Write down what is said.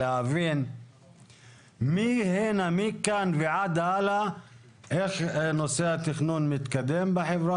להבין מכאן ועד הלאה איך נושא התכנון מתקדם בחברה